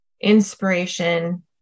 inspiration